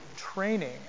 training